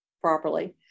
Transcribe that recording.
properly